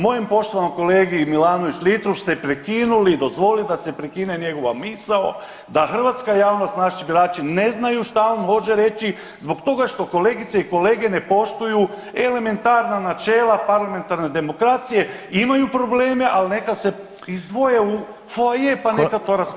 Mojem poštovanom kolegi Milanoviću Litru ste prekinuli, dozvolili da se prekine njegova misao da hrvatska javnost, na birači ne znaju šta on može reći zbog toga što kolegice i kolege ne poštuju elementarna načela parlamentarne demokracije, imaju probleme, ali neka se izdvoje u foaje pa neka to rasprave.